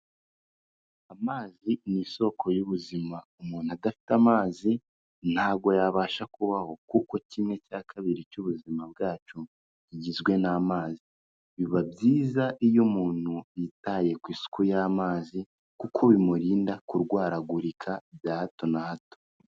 Amazi ni isoko y'ubuzima, umuntu adafite amazi ntago yabasha kubaho, kuko kimwe cya kabiri cy'ubuzima bwacu kigizwe n'amazi, biba byiza iyo umuntu yitaye ku isuku y'amazi, kuko bimurinda kurwaragurika bya hato na hato.